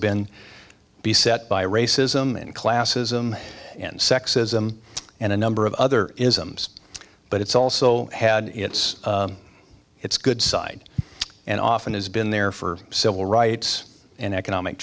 been beset by racism and classism and sexism and a number of other isms but it's also had it's it's good side and often has been there for civil rights and economic